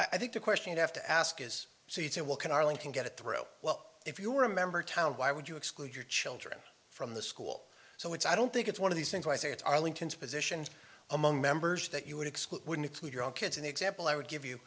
and i think the question you have to ask is so yes it will can arlington get through oh well if you were a member town why would you exclude your children from the school so it's i don't think it's one of these things i say it's arlington's positions among members that you would exclude wouldn't exclude your own kids an example i would give you